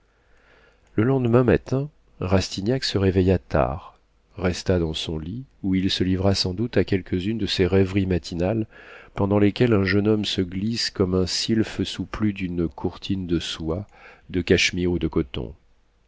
le lendemain matin rastignac se réveilla tard resta dans son lit où il se livra sans doute à quelques-unes de ces rêveries matinales pendant lesquelles un jeune homme se glisse comme un sylphe sous plus d'une courtine de soie de cachemire ou de coton